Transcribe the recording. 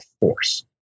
force